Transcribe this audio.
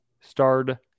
starred